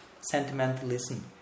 sentimentalism